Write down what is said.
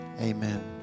Amen